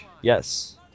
Yes